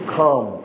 come